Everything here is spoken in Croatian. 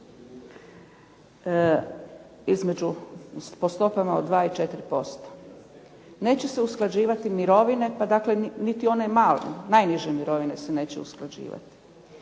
mirovine po stopama od 2 i 4%. Neće se usklađivati mirovine pa dakle ni one male, najniže mirovine se neće usklađivati.